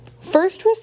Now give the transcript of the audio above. first